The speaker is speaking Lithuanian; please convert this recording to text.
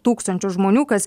tūkstančius žmonių kas